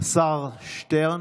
השר שטרן,